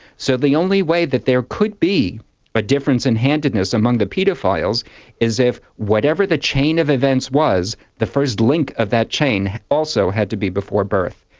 so the only way that there could be a but difference in handedness among the paedophiles is if whatever the chain of events was, the first link of that chain also had to be before birth.